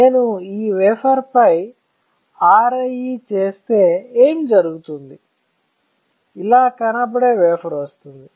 నేను ఈ వేఫర్ పై RIE చేస్తే ఏమి జరుగుతుందో ఇలా కనబడే వేఫర్ వస్తుంది